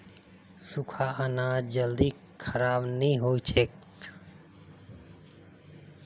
सुख्खा अनाज जल्दी खराब नी हछेक